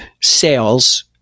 sales